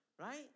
right